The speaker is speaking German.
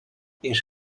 ich